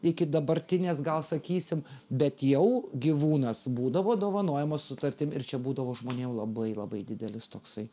iki dabartinės gal sakysim bet jau gyvūnas būdavo dovanojimo sutartim ir čia būdavo žmonėm labai labai didelis toksai